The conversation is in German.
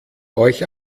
euch